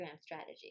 strategy